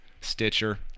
Stitcher